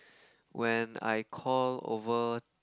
when I call over